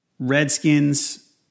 Redskins